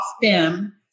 STEM